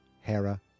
Hera